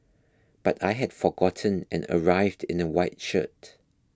but I had forgotten and arrived in a white shirt